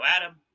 Adam